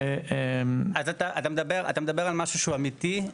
אתה מדבר על משהו אמיתי,